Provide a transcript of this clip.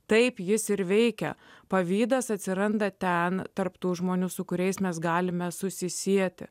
taip jis ir veikia pavydas atsiranda ten tarp tų žmonių su kuriais mes galime susisieti